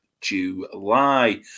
july